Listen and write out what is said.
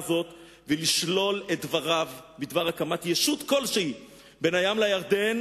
הזאת ולשלול את דבריו מכול וכול בדבר הקמת ישות כלשהי בין הים לירדן.